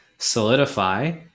solidify